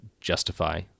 justify